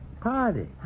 Party